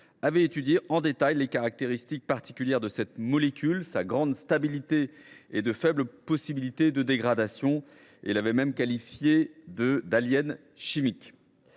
rapport étudiait en détail les caractéristiques particulières de cette molécule, sa grande stabilité et ses faibles possibilités de dégradation, allant jusqu’à la qualifier d’« alien chimique